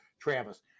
Travis